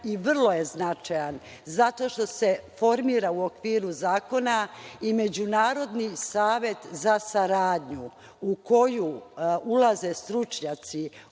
je vrlo značajan zato što se formira u okviru zakona i međunarodni savet za saradnju u koju ulaze stručnjaci